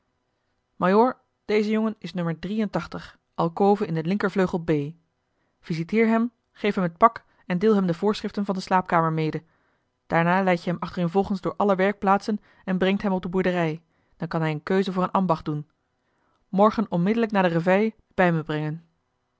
majoor deze jongen is o alcove in den linker vleugel b visiteer hem geef hem het pak en deel hem de voorschriften van de slaapkamer mede daarna leidt je hem achtereenvolgens door alle werkplaatsen en brengt hem op de boerderij dan kan hij eene keus voor een ambacht doen morgen onmiddellijk na de réveille bij me brengen